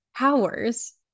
hours